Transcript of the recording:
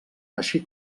així